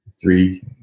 Three